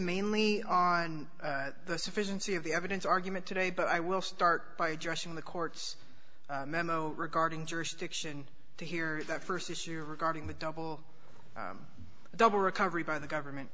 mainly on the sufficiency of the evidence argument today but i will start by addressing the court's memo regarding jurisdiction to hear that first issue regarding the double double recovery by the government